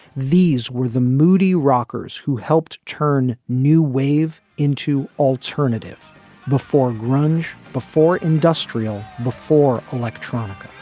these were the moody rockers who helped turn new wave into alternative before grunge before industrial before electronic